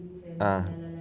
ah